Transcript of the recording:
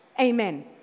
Amen